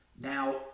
now